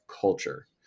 culture